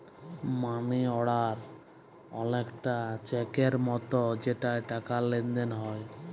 মালি order অলেকটা চ্যাকের মতো যেটতে টাকার লেলদেল হ্যয়